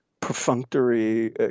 perfunctory